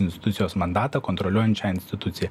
institucijos mandatą kontroliuojančią instituciją